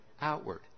outward